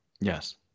Yes